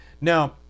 Now